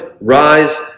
rise